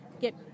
get